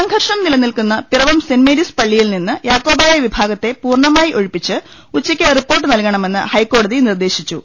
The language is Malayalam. സംഘർഷം നിലനിൽക്കുന്ന പിറവം സെന്റ് മേരീസ് പള്ളിയിൽ നിന്ന് യാക്കോബായ വിഭാഗത്തെ പൂർണ മായി ഒഴിപ്പിച്ച് ഉച്ചയ്ക്ക് റിപ്പോർട്ട് നൽകണമെന്ന് ഹൈക്കോടതി നിർദേശിച്ചു